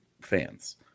fans